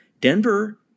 Denver